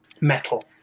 metal